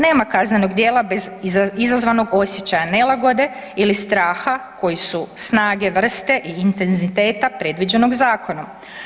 Nema kaznenog djela bez izazvanog osjećaja nelagode ili straha koji su snage, vrste i intenziteta predviđenog zakonom.